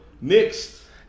next